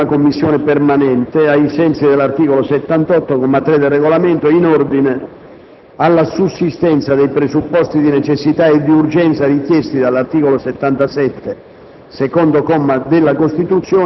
sul parere espresso dalla 1a Commissione permanente, ai sensi dell'articolo 78, comma 3, del Regolamento, in ordine alla sussistenza dei presupposti di necessità e di urgenza richiesti dall'articolo 77,